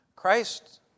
Christ